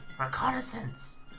reconnaissance